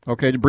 Okay